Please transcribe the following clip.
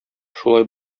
шулай